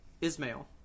Ismail